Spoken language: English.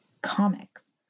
comics